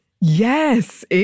Yes